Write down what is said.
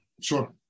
Sure